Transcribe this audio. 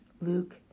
Luke